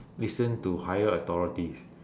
listen to higher authorities